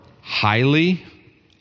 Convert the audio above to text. highly